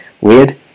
weird